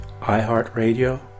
iHeartRadio